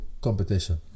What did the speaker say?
competition